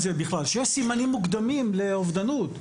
זה בכלל שיש סימנים מוקדמים לאובדנות,